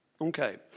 Okay